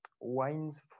Wines